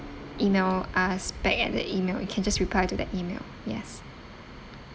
email us back at the email you can just reply to the email yes